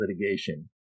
Litigation